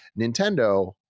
nintendo